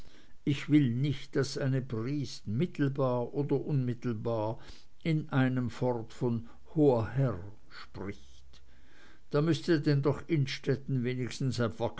ich will nicht daß eine briest mittelbar oder unmittelbar in einem fort von hoher herr spricht da müßte denn doch innstetten wenigstens